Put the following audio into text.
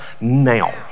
now